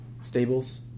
stables